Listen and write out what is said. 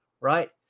right